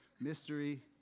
mystery